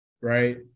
Right